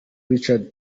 richard